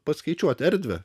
paskaičiuoti erdvę